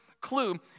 clue